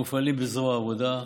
המופעלים בזרוע העבודה,